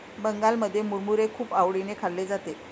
बंगालमध्ये मुरमुरे खूप आवडीने खाल्ले जाते